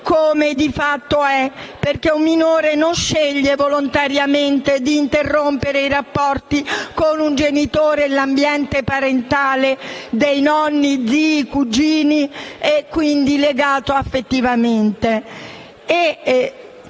come di fatto è, perché un minore non sceglie volontariamente di interrompere i rapporti con un genitore e l'ambiente parentale formato da nonni, zii e cugini, cui è legato affettivamente.